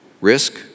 Risk